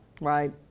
right